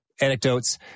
anecdotes